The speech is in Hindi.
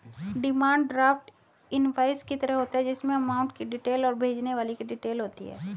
डिमांड ड्राफ्ट इनवॉइस की तरह होता है जिसमे अमाउंट की डिटेल और भेजने वाले की डिटेल होती है